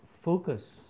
focus